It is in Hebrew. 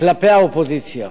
כלפי האופוזיציה.